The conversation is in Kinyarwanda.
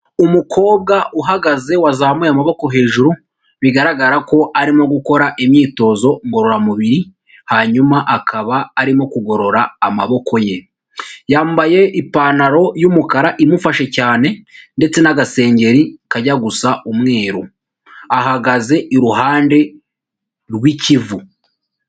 Umukobwa uhagaze wazamuye amaboko hejuru, bigaragara ko arimo gukora imyitozo ngororamubiri, hanyuma akaba arimo kugorora amaboko ye. Yambaye ipantaro y'umukara imufashe cyane ndetse n'agasengeri kajya gusa umweru. Ahagaze iruhande rw'ikivu